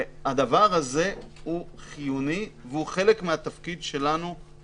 הדבר הזה הוא חיוני והוא חלק מהתפקיד שלנו בנקודה הזאת.